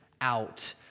out